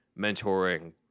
mentoring